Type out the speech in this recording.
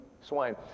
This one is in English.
swine